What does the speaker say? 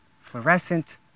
fluorescent